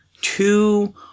Two